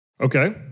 Okay